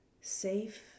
safe